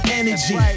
energy